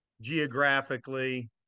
geographically